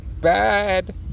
Bad